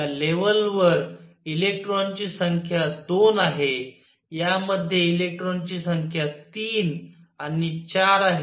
या लेवल वर इलेक्ट्रॉनची संख्या 2 आहे यामध्ये इलेक्ट्रॉनची संख्या 3 आणि 4 आहे